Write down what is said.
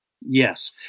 Yes